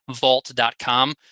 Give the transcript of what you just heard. vault.com